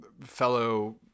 fellow